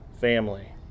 family